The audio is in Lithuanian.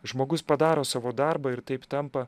žmogus padaro savo darbą ir taip tampa